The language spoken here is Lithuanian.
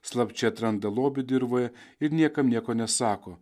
slapčia atranda lobį dirvoje ir niekam nieko nesako